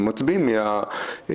הם מצביעים מהיציאה.